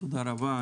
תודה רבה,